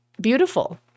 beautiful